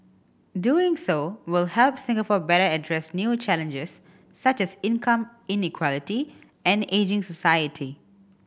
doing so will help Singapore better address new challenges such as income inequality and ageing society